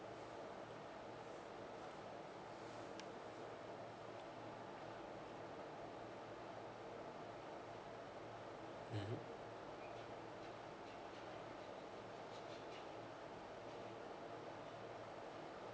mmhmm